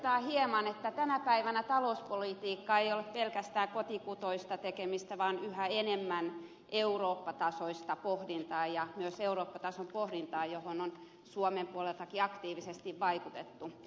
pohdituttaa hieman että tänä päivänä talouspolitiikka ei ole pelkästään kotikutoista tekemistä vaan yhä enemmän eurooppa tasoista pohdintaa ja myös eurooppa tason pohdintaa johon on suomen puoleltakin aktiivisesti vaikutettu